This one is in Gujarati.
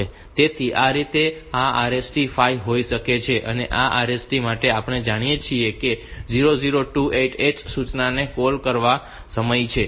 તેથી આ રીતે આ RST 5 હોઈ શકે છે અને આ RST માટે આપણે જાણીએ છીએ કે તે 0028 H સૂચનાને કૉલ કરવા સમાન છે